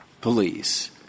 police